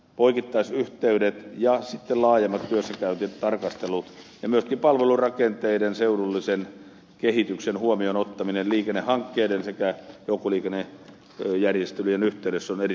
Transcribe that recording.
poikittaisyhteydet ja sitten laajemmat työssäkäyntitarkastelut ja myöskin palvelurakenteiden seudullisen kehityksen huomioon ottaminen liikennehankkeiden sekä joukkoliikennejärjestelyjen yhteydessä ovat erittäin tärkeitä asioita